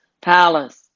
palace